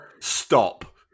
stop